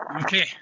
okay